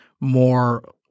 more